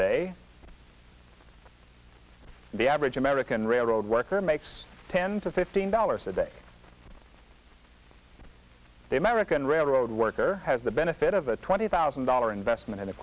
day the average american railroad worker makes ten to fifteen dollars a day the american railroad worker has the benefit of a twenty thousand dollar investment in